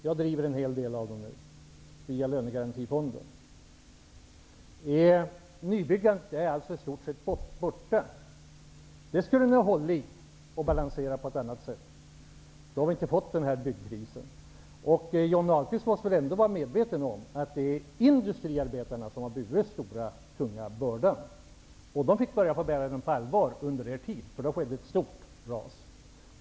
Jag driver en hel del av dem nu via lönegarantifonden. Nybyggandet är alltså i stort sett borta. Det skulle ni ha balanserat på ett annat sätt. Då hade vi inte fått den här byggkrisen. Johnny Ahlqvist måste väl ändå vara medveten om att det är industriarbetarna som har burit den stora tunga bördan. De fick börja att bära den på allvar på er tid, för då skedde ett stort ras.